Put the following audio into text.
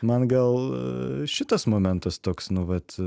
man gal aa šitas momentas toks nu vat